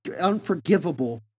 unforgivable